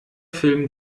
film